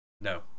No